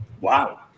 Wow